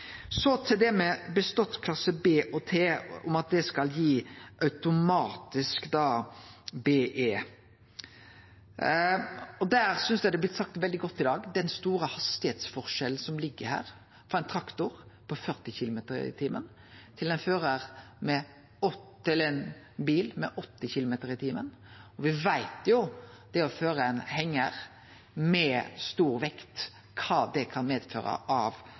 Så til det med at bestått klasse B og T automatisk skal gi BE. Eg synest det har blitt sagt veldig godt i dag at det er ein stor hastigheitsforskjell mellom ein traktor som kan køyre 40 km/t, og ein bil som kan køyre 80 km/t. Me veit kva det å føre ein hengar med stor vekt kan medføre når det gjeld graden av